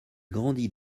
grandit